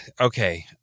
Okay